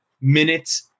minutes